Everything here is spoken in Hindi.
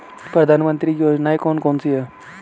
प्रधानमंत्री की योजनाएं कौन कौन सी हैं?